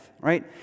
right